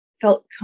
felt